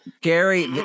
Gary